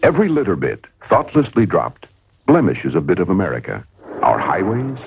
every litter bit thoughtlessly dropped blemishes a bit of america our highways.